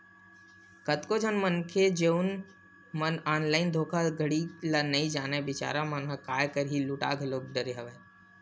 कतको झन मनखे जउन मन ऑनलाइन धोखाघड़ी ल नइ जानय बिचारा मन ह काय करही लूटा घलो डरे हवय